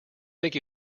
think